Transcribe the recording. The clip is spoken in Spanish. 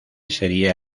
seria